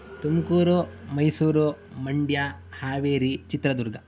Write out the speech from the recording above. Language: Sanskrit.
तुमकुरु मैसूरु माण्ड्या हावेरि चित्रदूर्गा